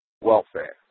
welfare